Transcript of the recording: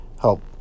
help